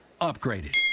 Upgraded